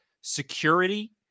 Security